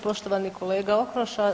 Poštovani kolega Okroša.